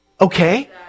Okay